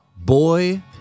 Boy